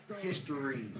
history